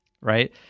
right